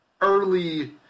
early